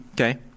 Okay